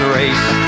race